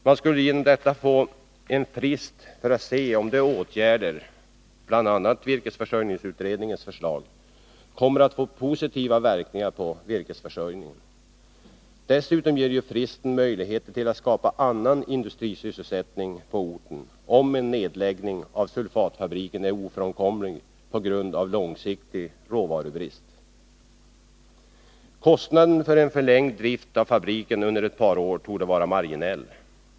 Man skulle därigenom få en frist för att se om de föreslagna åtgärderna, bl.a. virkesförsörjningsutredningens förslag, kommer att få positiva verkningar på virkesförsörjningen. Dessutom ger fristen möjligheter till att skapa annan industrisysselsättning på orten, om en nedläggning av sulfatfabriken är ofrånkomlig på grund av långsiktig råvarubrist. Kostnaden för en förlängd drift av fabriken under ett par år torde vara marginell.